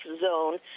zone